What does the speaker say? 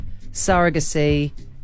surrogacy